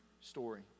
story